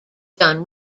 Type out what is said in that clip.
done